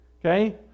okay